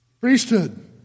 Priesthood